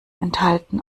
enthalten